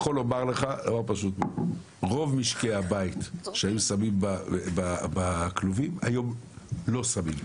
יכול לומר לך דבר פשוט: רוב משקי הבית שהיו שמים בכלובים היום לא שמים.